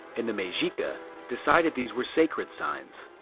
and the mexica decided these were sacred signs.